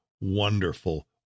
wonderful